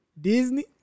Disney